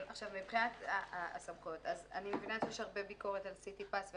--- מבחינת הסמכויות - אני מבינה שיש הרבה ביקורת על סיטי פס,